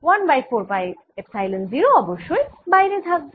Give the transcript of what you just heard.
1 by 4 pi epsilon 0 অবশ্যই বাইরে থাকবে